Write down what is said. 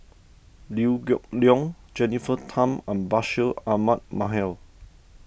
Liew Geok Leong Jennifer Tham and Bashir Ahmad Mallal